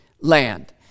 land